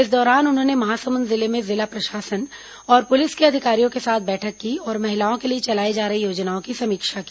इस दौरान उन्होंने महासमुंद जिले में जिला प्रशासन और पुलिस के अधिकारियों के साथ बैठक की और महिलाओं के लिए चलाई जा रही योजनाओं की समीक्षा की